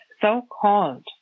so-called